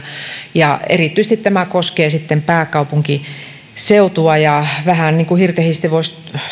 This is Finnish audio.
erityisesti tämä koskee pääkaupunkiseutua ja vähän hirtehisesti voisi